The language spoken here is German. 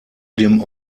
dem